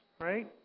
right